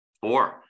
Four